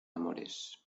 amores